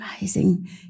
Amazing